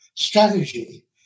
strategy